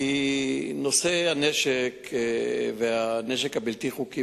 כי נושא הנשק והנשק הבלתי-חוקי,